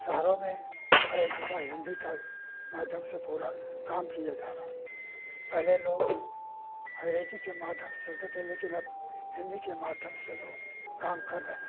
शहरों में हर एक जगह हिन्दी के माध्यम से पूरा काम किया जा रहा है पहले लोग अँग्रेजी के माध्यम से चलते थे लेकिन अब हिन्दी के माध्यम से लोग काम कर रहे हैं